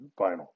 vinyl